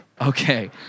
Okay